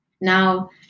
Now